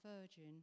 virgin